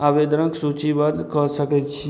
आवेदनक सूचीबद्ध कऽ सकैत छी